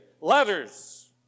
letters